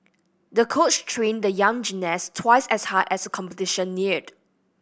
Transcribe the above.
the coach trained the young gymnast twice as hard as competition neared